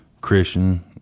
Christian